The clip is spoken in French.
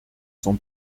son